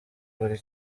buri